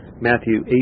Matthew